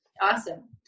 Awesome